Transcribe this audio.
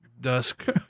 dusk